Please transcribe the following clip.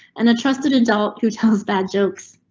and a trusted adult who tells bad jokes.